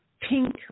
pink